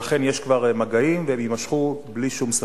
ואכן, יש כבר מגעים והם יימשכו בלי שום ספק.